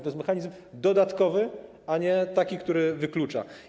To jest mechanizm dodatkowy, a nie taki, który wyklucza.